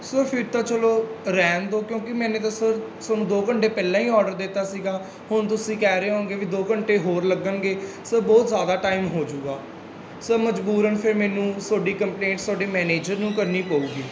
sir ਫਿਰ ਤਾਂ ਚਲੋ ਰਹਿਣ ਦਿਓ ਕਿਉਂਕਿ ਮੈਨੇ ਤਾਂ ਸਰ ਤੁਹਾਨੂੰ ਦਿਓ ਘੰਟੇ ਪਹਿਲਾਂ ਹੀ ਆਰਡਰ ਦੇ ਦਿੱਤਾ ਸੀਗਾ ਹੁਣ ਤੁਸੀਂ ਕਹਿ ਰਹੇ ਹੋਗੇ ਵੀ ਦੋ ਘੰਟੇ ਹੋਰ ਲੱਗਣਗੇ ਸਰ ਬਹੁਤ ਜ਼ਿਆਦਾ ਟਾਈਮ ਹੋ ਜੂਗਾ ਸਰ ਮਜਬੂਰਨ ਫਿਰ ਮੈਨੂੰ ਤੁਹਾਡੀ ਕੰਪਲੇਂਟ ਤੁਹਾਡੇ ਮੈਨੇਜਰ ਨੂੰ ਕਰਨੀ ਪਊਗੀ